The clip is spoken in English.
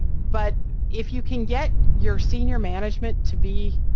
but if you can get your senior management to be